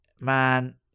man